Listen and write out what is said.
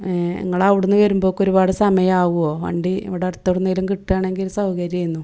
നിങ്ങൾ അവിടെ നിന്ന് വരുമ്പോഴേക്ക് ഒരുപാട് സമയം ആവുമോ വണ്ടി ഇവിടെ അടുത്ത് എവിടെ നിന്നെങ്കിലും കിട്ടുവാണെങ്കിൽ സൗകര്യം ആയിരുന്നു